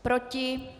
Proti?